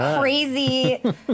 crazy